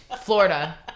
Florida